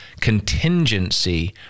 contingency